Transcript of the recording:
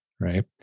right